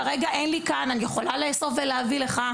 כרגע אין לי את זה כאן אבל אני יכולה להביא לך.